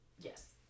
Yes